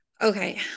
okay